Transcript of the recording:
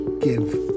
give